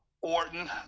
Orton